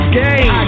game